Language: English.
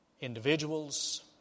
individuals